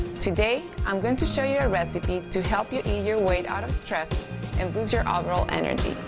today i'm going to show you a recipe to help you eat your way out of stress and boost your overall energy,